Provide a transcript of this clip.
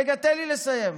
רגע, תן לי לסיים.